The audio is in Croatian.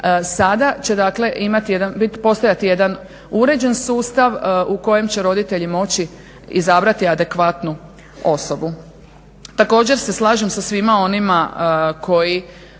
jedan, postojati jedan uređen sustav u kojem će roditelji moći izabrati adekvatnu osobu. Također se slažem sa svima onima koji